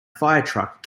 firetruck